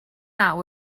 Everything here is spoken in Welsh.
naw